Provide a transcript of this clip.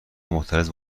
معترض